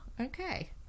okay